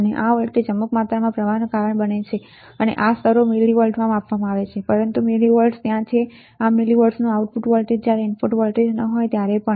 અને આ વોલ્ટેજ અમુક માત્રામાં પ્રવાહની કારણ બને છે અને આ સ્તરો મિલીવોલ્ટમાં માપવામાં આવે છે પરંતુ આ મિલીવોલ્ટ્સ ત્યાં છે આ મિલિવોલ્ટ્સનું આઉટપુટ વોલ્ટેજ છે જ્યારે ઇનપુટ વોલ્ટેજ ન હોય ત્યારે પણ